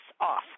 off